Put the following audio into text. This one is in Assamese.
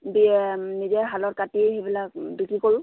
দিয়ে নিজে শালত কাটি সেইবিলাক বিক্ৰি কৰোঁ